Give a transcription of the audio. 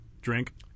drink